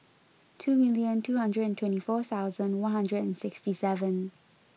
two million two hundred and twenty four thousand one hundred and sixty seven